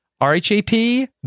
RHAP